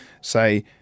say